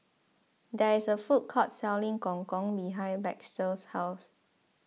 there is a food court selling Gong Gong behind Baxter's house